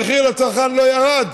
המחיר לצרכן לא ירד,